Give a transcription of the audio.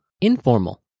informal